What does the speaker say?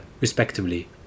respectively